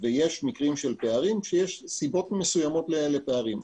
יש מקרים של פערים ויש סיבות מסוימות לפערים.